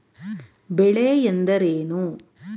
ಬೆಳೆ ಎಂದರೇನು?